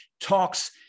talks